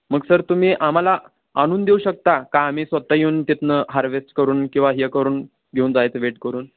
मग सर तुम्ही आम्हाला आणून देऊ शकता का आम्ही स्वतः येऊन तिथून हार्वेस्ट करून किंवा हे करून घेऊन जायचं वेट करून